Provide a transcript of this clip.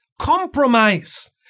compromise